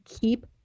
keep